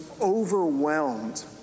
overwhelmed